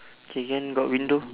okay then got window